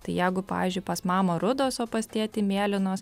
tai jeigu pavyzdžiui pas mamą rudos o pas tėtį mėlynos